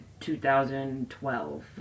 2012